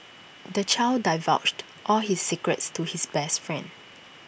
the child divulged all his secrets to his best friend